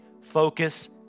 focus